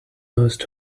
most